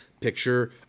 picture